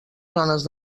zones